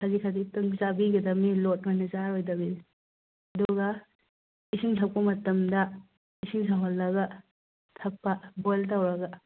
ꯈꯖꯤꯛ ꯈꯖꯤꯛꯇꯪ ꯆꯥꯕꯤꯒꯗꯕꯅꯤ ꯂꯣꯗ ꯑꯣꯏꯅ ꯆꯥꯔꯣꯏꯗꯕꯅꯤ ꯑꯗꯨꯒ ꯏꯁꯤꯡ ꯊꯛꯄ ꯃꯇꯝꯗ ꯏꯁꯤꯡ ꯁꯧꯍꯜꯂꯒ ꯊꯛꯄ ꯕꯣꯏꯜ ꯇꯧꯔꯒ